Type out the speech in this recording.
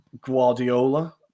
Guardiola